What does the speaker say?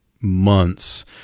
months